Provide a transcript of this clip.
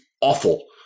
awful